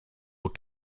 were